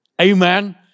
Amen